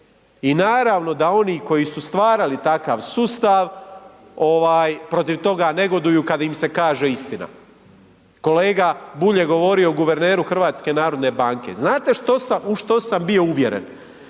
I naravno da oni koji su stvarali takav sustav protiv toga negoduju kada im se kaže istina. Kolega Bulj je govorio o guverneru HNB-a, znate u što sam bio uvjeren?